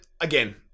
again